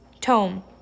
tome